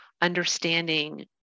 understanding